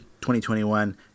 2021